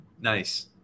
nice